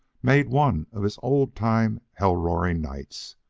made one of his old-time hell-roaring nights.